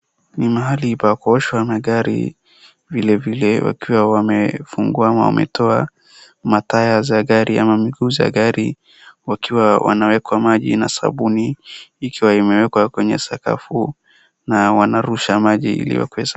Ni mahali pa kuoshwa magari, vile vile wakiwa wamefungua ama wametoa matyre za gari ama miguu za gari wakiwa wanawekwa maji na sabuni, kisha imewekwa kwenye sakafu na wanarusha maji iliyo presha.